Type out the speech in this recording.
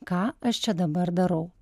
ką aš čia dabar darau